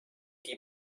die